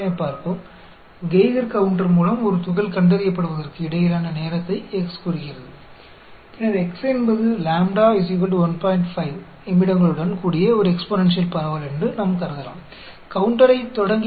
X एक Geiger counter के साथ एक कण का पता लगाने के बीच के समय को दर्शाता है और फिर हम मान सकते हैं कि X lambda 15 मिनट के साथ एक एक्सपोनेंशियल डिस्ट्रीब्यूशन है